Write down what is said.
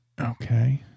Okay